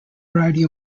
variety